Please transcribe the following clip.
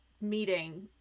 Meeting